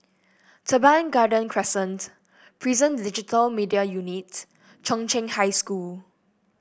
Teban Garden Crescent Prison Digital Media Unit Chung Cheng High School